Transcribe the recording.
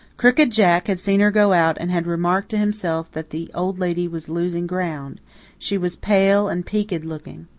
crooked jack had seen her go out and had remarked to himself that the old lady was losing ground she was pale and peaked-looking.